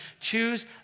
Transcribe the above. Choose